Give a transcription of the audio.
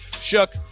Shook